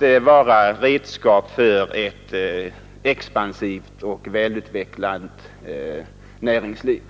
vill de vara redskap för ett expansivt och välutvecklat näringsliv?